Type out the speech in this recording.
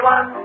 One